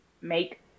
make